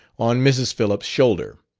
on mrs. phillips' shoulder.